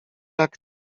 jak